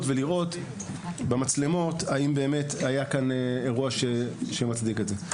ולראות במצלמות האם באמת היה כאן אירוע שמצדיק את זה.